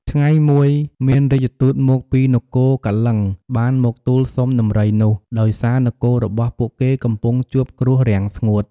ថ្ងៃមួយ មានរាជទូតមកពីនគរកលិង្គបានមកទូលសុំដំរីនោះ ដោយសារនគររបស់ពួកគេកំពុងជួបគ្រោះរាំងស្ងួត។